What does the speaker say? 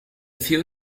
few